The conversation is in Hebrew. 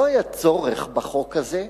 לא היה צורך בחוק הזה.